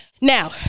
Now